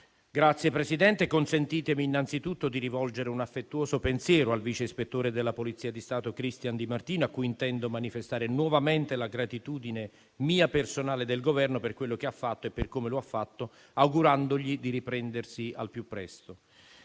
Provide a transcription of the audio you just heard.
Signor Presidente, consentitemi innanzitutto di rivolgere un affettuoso pensiero al vice ispettore della Polizia di Stato Christian Di Martino, a cui intendo manifestare nuovamente la gratitudine mia personale e del Governo per quello che ha fatto e per come lo ha fatto, augurandogli di riprendersi al più presto.